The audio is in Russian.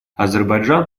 азербайджан